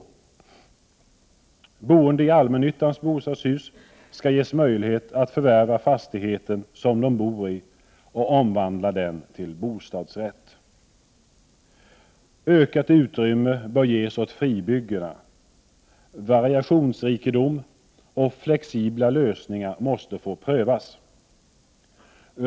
De boende i allmännyttans bostadshus skall ges möjlighet att förvärva fastigheten som de bor i och omvandla den till bostadsrätt. Ökat utrymme bör ges åt fribyggena. Variationsrikedom och flexibla lösningar måste få prövas.